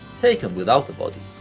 taken without the body.